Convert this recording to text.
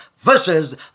versus